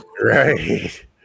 Right